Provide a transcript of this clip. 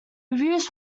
reviews